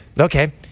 Okay